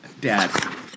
Dad